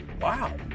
Wow